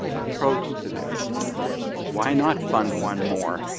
approach to this and why not fund one more,